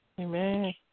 amen